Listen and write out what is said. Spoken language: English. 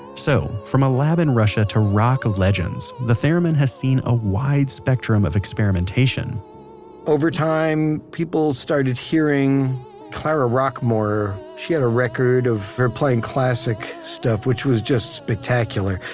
so from a lab in russia to rock legends, the theremin has seen a wide spectrum of experimentation over time, people started hearing clara rockmore, she had a record, of her playing classic stuff, which was just spectacular.